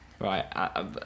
right